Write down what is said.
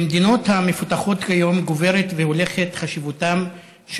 במדינות המפותחות כיום גוברת והולכת חשיבותן של